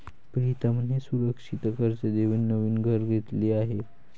प्रीतमने सुरक्षित कर्ज देऊन नवीन घर घेतले आहे